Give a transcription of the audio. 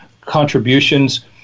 contributions